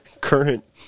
current